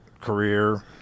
career